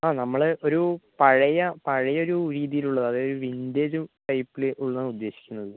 ആ നമ്മൾ ഒരു പഴയ പഴയൊരു രീതിയിലുള്ളത് അതായത് വിന്റേജ് ടൈപ്പിൽ ഉള്ളതാണ് ഉദ്ദേശിക്കുന്നത്